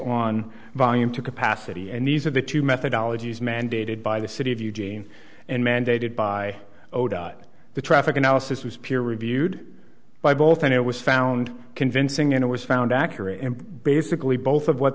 on volume to capacity and these are the two methodology is mandated by the city of eugene and mandated by the traffic analysis was peer reviewed by both and it was found convincing and it was found accurate and basically both of what